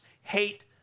hate